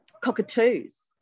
cockatoos